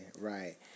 Right